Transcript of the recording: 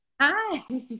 Hi